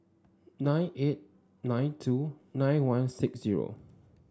nine eight nine two nine one six zero